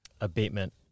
abatement